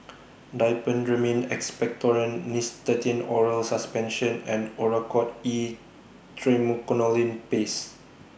Diphenhydramine Expectorant Nystatin Oral Suspension and Oracort E Triamcinolone Paste